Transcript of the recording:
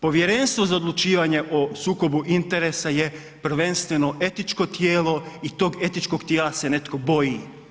Povjerenstvo za odlučivanje o sukobu interesa je prvenstveno etičko tijelo i tog etičkog tijela se netko boji.